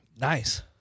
Nice